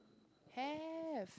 have